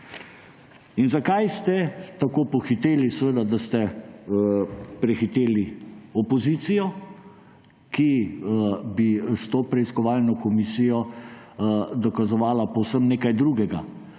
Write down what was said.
in zakaj ste tako pohiteli, da ste prehiteli opozicijo, ki bi s to preiskovalno komisijo dokazovala povsem nekaj drugega.